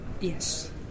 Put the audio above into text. Yes